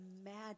imagine